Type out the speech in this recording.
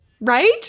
Right